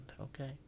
okay